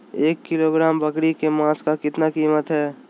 एक किलोग्राम बकरी के मांस का कीमत कितना है?